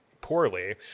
Poorly